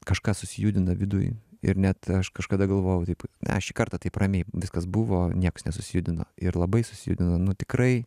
kažką susijudina viduj ir net aš kažkada galvojau taip ne šį kartą taip ramiai viskas buvo nieks nesijudino ir labai susijudino nu tikrai